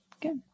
Good